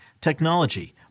technology